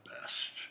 best